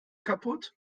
kaputt